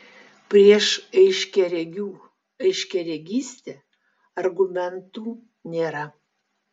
prieš aiškiaregių aiškiaregystę argumentų nėra